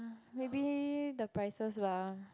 maybe the prices lah